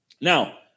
Now